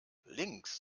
links